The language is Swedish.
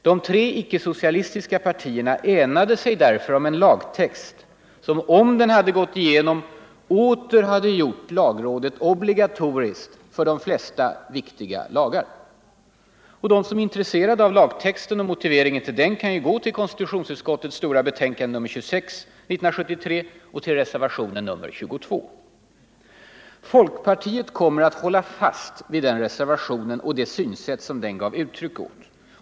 De tre icke-socialistiska partierna enade sig därför om en lagtext, som - om den hade gått igenom — åter hade gjort lagrådsgranskningen obligatorisk för de flesta viktiga lagar. De som är intresserade av lagtexten och motiveringen till den kan gå till konstitutionsutskottets betänkande nr 26 år 1973 och till reservation nr Folkpartiet kommer att hålla fast vid den reservationen och det synsätt som den gav uttryck åt.